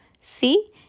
See